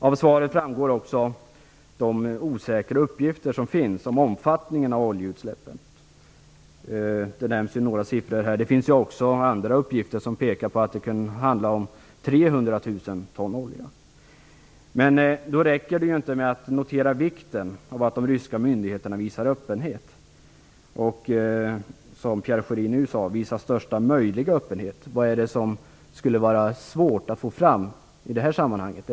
Av svaret framgår också de osäkra uppgifter som finns om omfattningen av oljeutsläppet. Det nämns några siffror. Det finns också andra uppgifter som pekar på att det kan handla om 300 000 ton olja. Då räcker det inte med att notera vikten av att de ryska myndigheterna visar öppenhet och, som Pierre Schori nu sade, visar största möjliga öppenhet. Vad är det som skulle vara svårt att få fram i det här sammanhanget?